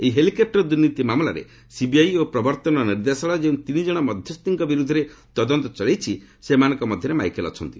ଏହି ହେଲିକପୁର ଦୁର୍ନୀତି ମାମଲାରେ ସିବିଆଇ ଓ ପ୍ରବର୍ତ୍ତନ ନିର୍ଦ୍ଦେଶାଳୟ ଯେଉଁ ତିନିଜଣ ମଧ୍ୟସ୍ଥିଙ୍କ ବିରୁଦ୍ଧରେ ତଦନ୍ତ ଚଳାଇଛି ସେମାନଙ୍କ ମଧ୍ୟରେ ମାଇକେଲ୍ ଅଛନ୍ତି